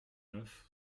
neuf